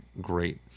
great